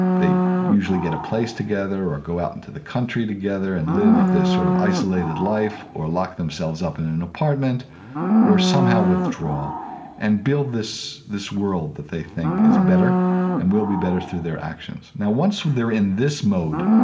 they usually get a place together or go out into the country together and live their sort of isolated life or lock themselves up and in an apartment or somehow withdraw and build this this world that they think is better and will be better through their actions now once they're in this mode,